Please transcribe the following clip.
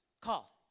call